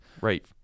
Right